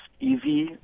easy